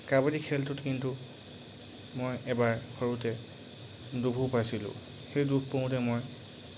কাবাডী খেলটোত কিন্তু মই এবাৰ সৰুতে দুখো পাইছিলোঁ সেই দুখ পাওতে মই